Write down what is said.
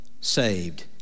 saved